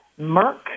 Merck